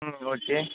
ம் ஓகே